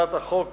הצעת החוק